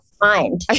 mind